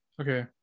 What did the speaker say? Okay